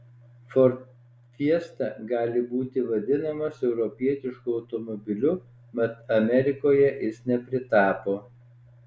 ford fiesta gali būti vadinamas europietišku automobiliu mat amerikoje jis nepritapo